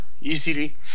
easily